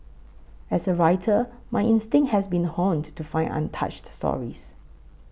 as a writer my instinct has been honed to find untouched stories